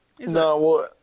No